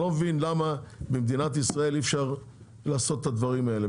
אני לא מבין למה במדינת ישראל אי אפשר לעשות את הדברים האלה.